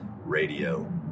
radio